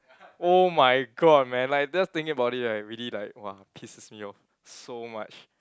!oh-my-god! man like just thinking about it really like !wah! pisses me off so much